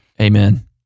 amen